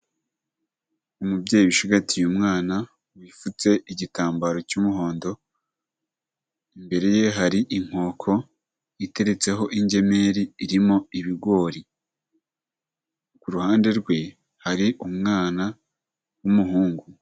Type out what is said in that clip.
Umubyeyi ucigatiye umwana wipfutse igitambaro cy'umuhondo, imbere ye hari inkoko iteretseho ingemeri irimo ibigori. Ku ruhande rwe hari umwana w'umuhungu.